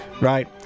right